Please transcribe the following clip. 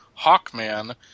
Hawkman